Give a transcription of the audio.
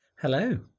Hello